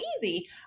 easy